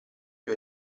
più